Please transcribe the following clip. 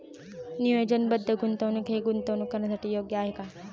नियोजनबद्ध गुंतवणूक हे गुंतवणूक करण्यासाठी योग्य आहे का?